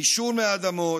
נישול מאדמות,